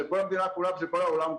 זה של כל המדינה כולה ושל כל העולם כולו.